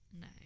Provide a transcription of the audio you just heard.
no